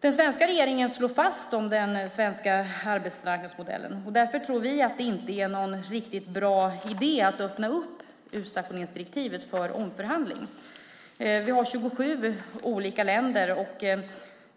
Den svenska regeringen slår vakt om den svenska arbetsmarknadsmodellen. Därför tror vi inte att det är någon riktigt bra idé att öppna upp utstationeringsdirektivet för omförhandling. Vi har 27 olika länder.